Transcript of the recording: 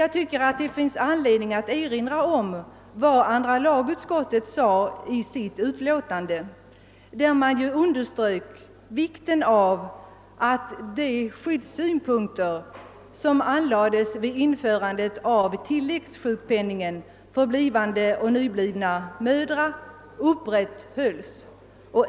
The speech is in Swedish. Jag tycker det finns anledning att erinra om att andra lagutskottet i sitt utlåtande till motionerna underströk vikten av att de skyddssynpunkter, som anlades vid införandet av reglerna om tilläggssjukpenning för blivande och nyblivna mödrar, upprätthölls.